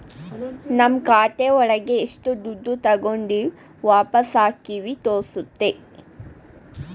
ನಮ್ ಖಾತೆ ಒಳಗ ಎಷ್ಟು ದುಡ್ಡು ತಾಗೊಂಡಿವ್ ವಾಪಸ್ ಹಾಕಿವಿ ತೋರ್ಸುತ್ತೆ